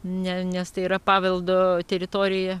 ne nes tai yra paveldo teritorija